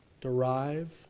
derive